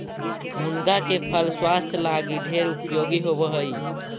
मुनगा के फल स्वास्थ्य लागी ढेर उपयोगी होब हई